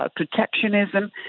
ah protectionism.